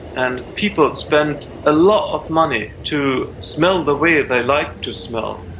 and people spend a lot of money to smell the way they like to smell,